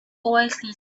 oasis